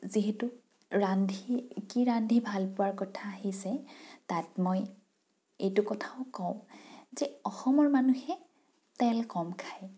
যিহেতু ৰান্ধি কি ৰান্ধি ভালপোৱাৰ কথা আহিছে তাত মই এইটো কথাও কওঁ যে অসমৰ মানুহে তেল কম খায়